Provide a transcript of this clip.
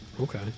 Okay